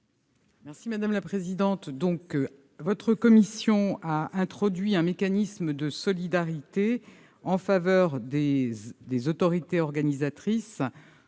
est à Mme la ministre. La commission a introduit un mécanisme de solidarité en faveur des autorités organisatrices